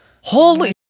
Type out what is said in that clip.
holy